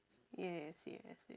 yes yes yes